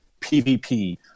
pvp